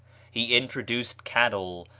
he introduced cattle,